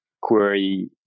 query